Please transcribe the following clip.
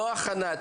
לא הכנה.